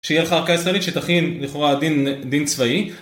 שיהיה לך ערכה ישראלית שתכין לכאורה דן, דין צבאי.